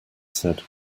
said